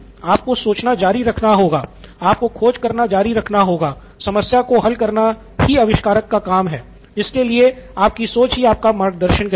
आपको सोचना जारी रखना होगा आपको खोज करना जारी रखना होगा समस्या को हल करना ही आविष्कारक का काम है जिसके लिए आपकी सोच ही आपका मार्गदर्शन करेगी